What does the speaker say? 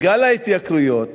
גל ההתייקרויות